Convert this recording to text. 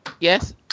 Yes